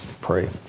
pray